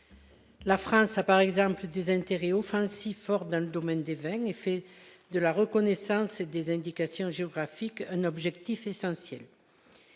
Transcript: La France a par exemple des intérêts offensifs, or dans le domaine des veines, fait de la reconnaissance et des indications géographiques un objectif essentiel